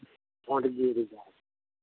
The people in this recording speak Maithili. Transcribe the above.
भोट गिर जेतै